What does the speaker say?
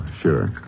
sure